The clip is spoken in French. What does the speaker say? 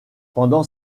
pendant